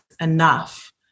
enough